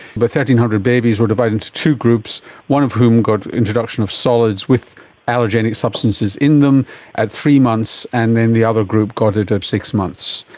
but hundred babies were divided into two groups, one of whom got introduction of solids with allergenic substances in them at three months, and then the other group got it at six months,